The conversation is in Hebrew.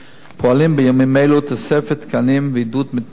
פועלים בימים אלו לתוספת תקנים ועידוד מתמחים